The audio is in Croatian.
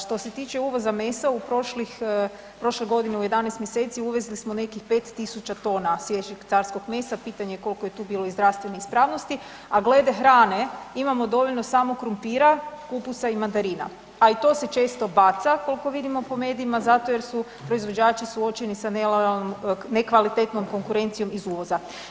Što se tiče uvoza mesa u prošlih, prošle godine u 11 mjeseci uvezli smo nekih 5000 tona svježeg carskog mesa, pitanje je kolko je tu bilo i zdravstvene ispravnosti, a glede hrane imamo dovoljno samo krumpira, kupusa i mandarina, a i to se često baca kolko vidimo po medijima zato jer su proizvođači suočeni sa nekvalitetnom konkurencijom iz uvoza.